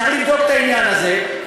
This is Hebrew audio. צריך לבדוק את העניין הזה.